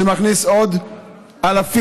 שמכניס עוד אלפים,